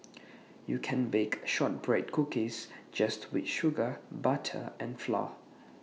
you can bake Shortbread Cookies just with sugar butter and flour